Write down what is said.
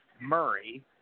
Murray